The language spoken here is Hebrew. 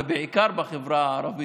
ובעיקר בחברה הערבית,